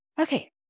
Okay